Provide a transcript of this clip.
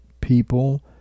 people